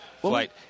flight